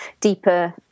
deeper